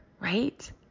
right